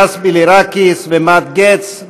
גאס בילירקיס ומאט גטס,